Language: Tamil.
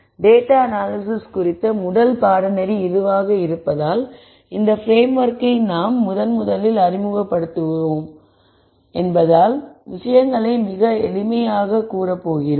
எனவே டேட்டா அனாலிஸிஸ் குறித்த முதல் பாடநெறி இதுவாக இருப்பதால் இந்த பிரேம்ஓர்க்கை நாங்கள் முதன்முதலில் அறிமுகப்படுத்துகிறோம் என்பதால் விஷயங்களை மிக எளிமையாக கூற போகிறோம்